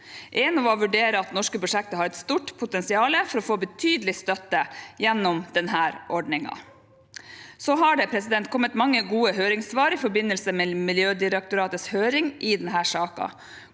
Enova vurderer at norske prosjekter har et stort potensial for å få betydelig støtte gjennom denne ordningen. Det har kommet mange gode høringssvar i forbindelse med Miljødirektoratets høring i denne saken,